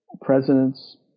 presidents